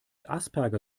asperger